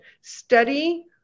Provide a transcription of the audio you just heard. study